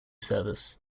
service